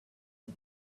and